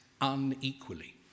unequally